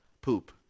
poop